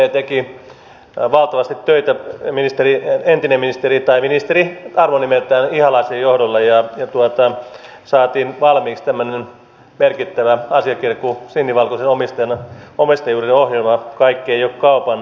sdp teki valtavasti töitä entisen ministeri tai ministeri arvonimeltään ihalaisen johdolla ja saatiin valmiiksi tämmöinen merkittävä asiakirja kuin sinivalkoisen omistamisen ohjelma otsikolla kaikki ei ole kaupan